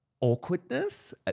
Awkwardness